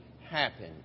happen